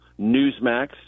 Newsmax